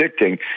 addicting